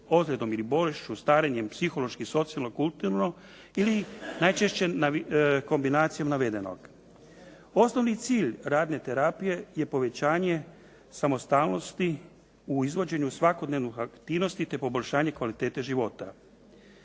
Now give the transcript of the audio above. fizičkom bolešću, starenjem, psihološki, socijalno, kulturno ili najčešće kombinacijom navedenog. Osnovni cilj radne terapije je povećanje samostalnosti u izvođenju svakodnevnih aktivnosti te poboljšanje kvalitete života.